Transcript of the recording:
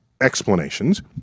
Explanations